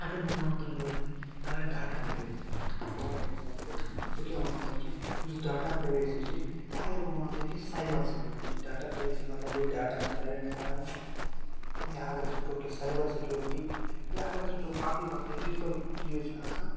اگر بہٕ وَنو تۄہہِ گۄڈنٮ۪تھٕے اگر ڈاٹا فار ایٚگزامپل بہٕ کیٛاہ وَنو تۄہہِ کہِ یُس ڈاٹا پرٛیویسی چھِ یا اگر بہٕ وَنو تۄہہِ کہِ سایبَر سیٚکیوٗرٹی ڈاٹا پرٛیویٚسی مَطلَب گٔے ڈاٹا چھِ پرٛیویٹ تھاوٕنۍ یا اگر أسۍ وٕچھو کہِ سایبَر سیٚکیوٗرٹی یا اگر أسۍ وٕچھو باقٕے باقٕے ڈِجٹَل چیٖز چھِ آسان